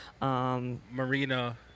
Marina